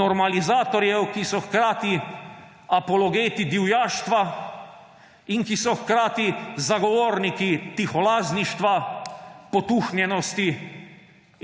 Normalizatorjev, ki so hkrati apologeti divjaštva in ki so hkrati zagovorniki tiholazništva, potuhnjenosti